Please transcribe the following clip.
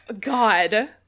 God